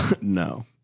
No